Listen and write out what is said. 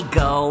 go